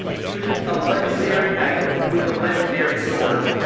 he was just a legendary knight with a legendary sword.